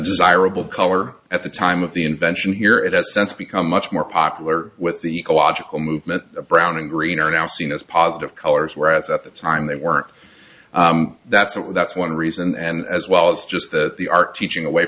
desirable color at the time of the invention here it has since become much more popular with the illogical movement of brown and green are now seen as positive colors whereas at the time they weren't that so that's one reason and as well it's just that they are teaching away